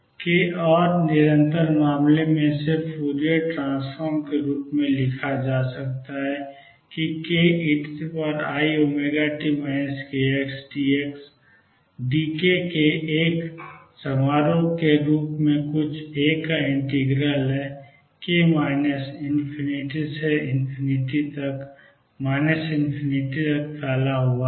के और निरंतर मामले में इसे फूरियर ट्रांसफॉर्म के रूप में लिखा जाता है जो कि k eiωt kx d k के एक समारोह के रूप में कुछ A का इंटीग्रल है के minus ∞ to तक फैला हुआ है